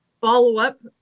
follow-up